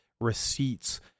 receipts